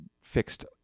fixed